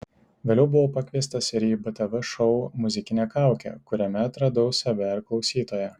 vėliau buvau pakviestas ir į btv šou muzikinė kaukė kuriame atradau save ir klausytoją